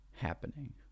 happening